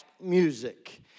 music